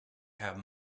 have